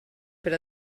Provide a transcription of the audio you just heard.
per